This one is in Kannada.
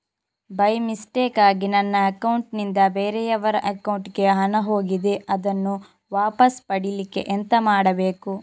ಬೈ ಮಿಸ್ಟೇಕಾಗಿ ನನ್ನ ಅಕೌಂಟ್ ನಿಂದ ಬೇರೆಯವರ ಅಕೌಂಟ್ ಗೆ ಹಣ ಹೋಗಿದೆ ಅದನ್ನು ವಾಪಸ್ ಪಡಿಲಿಕ್ಕೆ ಎಂತ ಮಾಡಬೇಕು?